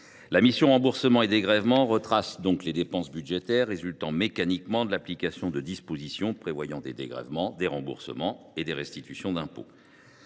la mission « Remboursements et dégrèvements » retrace les dépenses budgétaires résultant mécaniquement de l’application de dispositions prévoyant des dégrèvements, des remboursements et des restitutions d’impôt.